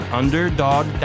underdog